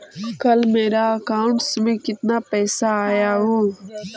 कल मेरा अकाउंटस में कितना पैसा आया ऊ?